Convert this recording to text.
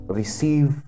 receive